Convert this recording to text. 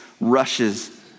rushes